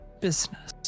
business